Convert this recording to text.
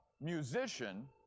musician